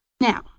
Now